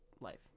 life